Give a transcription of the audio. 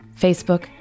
Facebook